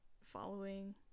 following